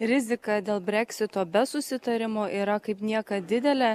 rizika dėl breksito be susitarimo yra kaip niekad didelė